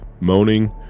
moaning